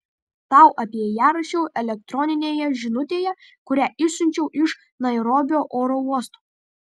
tau apie ją rašiau elektroninėje žinutėje kurią išsiunčiau iš nairobio oro uosto